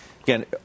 Again